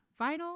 vinyl